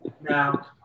Now